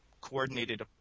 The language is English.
coordinated